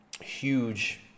huge